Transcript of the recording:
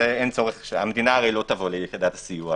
המדינה הרי לא תבוא ליחידת הסיוע.